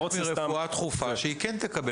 זה חלק מרפואה דחופה, שהיא כן תקבל.